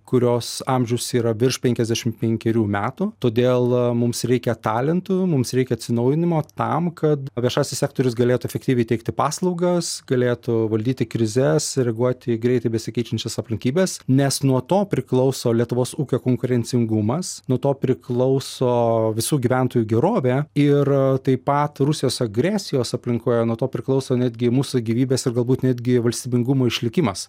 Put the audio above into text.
kurios amžius yra virš penkiasdešimt penkerių metų todėl mums reikia talentų mums reikia atsinaujinimo tam kad viešasis sektorius galėtų efektyviai teikti paslaugas galėtų valdyti krizes reaguoti į greitai besikeičiančias aplinkybes nes nuo to priklauso lietuvos ūkio konkurencingumas nuo to priklauso visų gyventojų gerovė ir taip pat rusijos agresijos aplinkoje nuo to priklauso netgi mūsų gyvybės ir galbūt netgi valstybingumo išlikimas